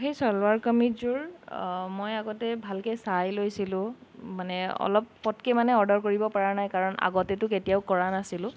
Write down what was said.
সেই চালৱাৰ কমিজযোৰ মই আগতে ভালকৈ চাই লৈছিলোঁ মানে অলপ পটকে মানে অৰ্ডাৰ কৰিব পৰা নাই কাৰণ আগতেতো কেতিয়াও কৰা নাছিলোঁ